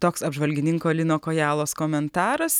toks apžvalgininko lino kojalos komentaras